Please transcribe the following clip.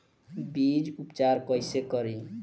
बीज उपचार कईसे करी?